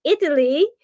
Italy